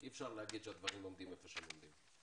אי אפשר להגיד שהדברים עומדים איפה שהם עומדים.